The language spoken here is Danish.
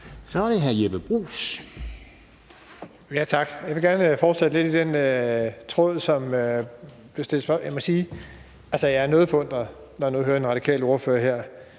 Så er det hr. Jeppe Bruus.